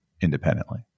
independently